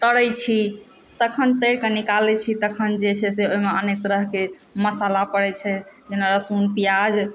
तरै छी तखन तरिकऽ निकालै छी तखन जे छै से ओहिमे अनेक तरहके मसाला पड़ै छै जेना लहसून प्याज